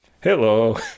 Hello